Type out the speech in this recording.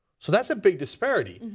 so that is a big disparity.